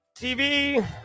TV